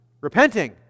Repenting